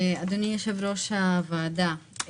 אדוני יושב-ראש הוועדה,